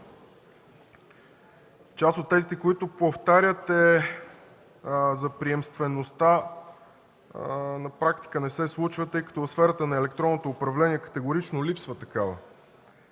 Част от тезите, които повтаряте, за приемствеността, на практика не се случват, тъй като в сферата на електронното управление категорично липсва такава.